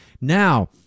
Now